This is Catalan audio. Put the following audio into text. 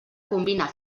combina